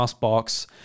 Box